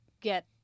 get